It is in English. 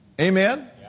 Amen